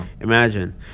imagine